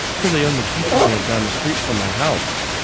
here they own the pizza joint down the street from my house!